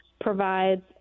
provides